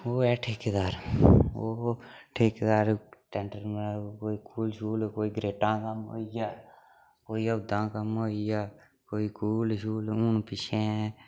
ओह् ऐ ठेकेदार ओह् ठेकेदार टैंडरे मतलब कोई कोई शो लब्भै कोई करेटा कम्म होई गेआ कोई ओह् तां कम्म होई गेआ कोई कूल शूल हून पिच्छैं